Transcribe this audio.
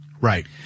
Right